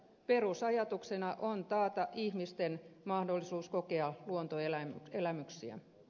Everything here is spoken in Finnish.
perusajatuksena on taata ihmisten mahdollisuus kokea luontoelämyksiä